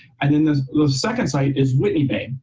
and then the second site is whitney bay.